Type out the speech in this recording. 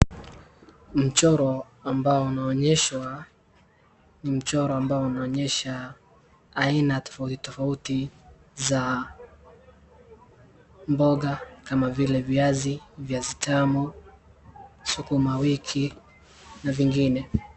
Mchoro ambao unaonyeshwa ni mchoro ambao unaonyesha aina tofauti tofauti za mboga kama vile viazi, viazi tamu, sukuma wiki na vingine.